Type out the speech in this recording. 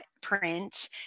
print